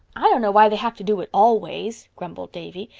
i don't know why they have to do it always, grumbled davy.